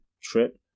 trip